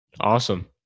Awesome